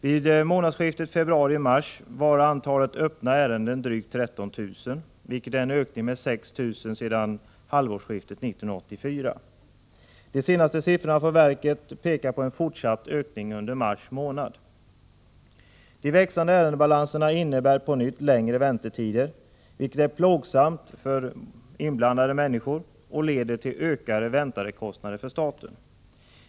Vid månadsskiftet februari-mars var antalet öppna ärenden drygt 13 000, vilket är en ökning med 6 000 sedan halvårsskiftet 1984. De senaste siffrorna från verket pekar på en fortsatt ökning. De växande ärendebalanserna innebär på nytt längre väntetider, vilket är plågsamt för inblandade människor och leder till ökade väntekostnader för staten.